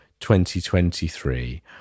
2023